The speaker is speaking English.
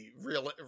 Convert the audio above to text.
Real